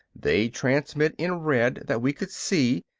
they'd transmit in red that we could see,